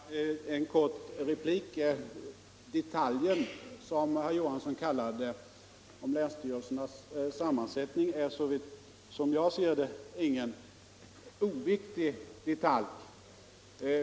Herr talman! Bara en kort replik! ”Detaljen”, som herr Johansson i Trollhättan kallade länsstyrelsernas sammansättning, är så som jag ser det ingen oviktig detalj.